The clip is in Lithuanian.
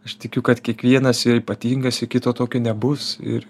aš tikiu kad kiekvienas yra ypatingas ir kito tokio nebus ir